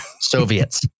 Soviets